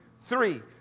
Three